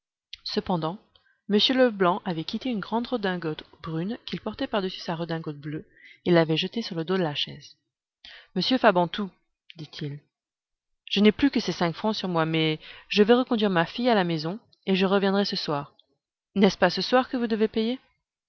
cependant m leblanc avait quitté une grande redingote brune qu'il portait par-dessus sa redingote bleue et l'avait jetée sur le dos de la chaise monsieur fabantou dit-il je n'ai plus que ces cinq francs sur moi mais je vais reconduire ma fille à la maison et je reviendrai ce soir n'est-ce pas ce soir que vous devez payer